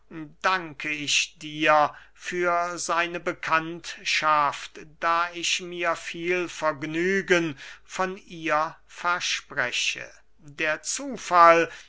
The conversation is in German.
danke ich dir für seine bekanntschaft da ich mir viel vergnügen von ihr verspreche der zufall